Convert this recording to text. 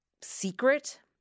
secret